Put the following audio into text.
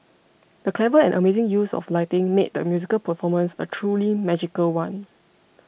the clever and amazing use of lighting made the musical performance a truly magical one